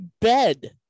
bed